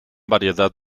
variedad